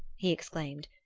he exclaimed,